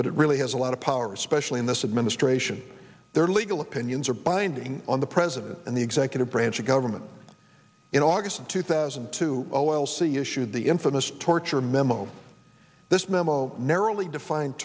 but it really has a lot of power especially in this administration their legal opinions are binding on the president and the executive branch of government in august two thousand and two zero o l c issued the infamous torture memo this memo narrowly define